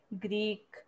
Greek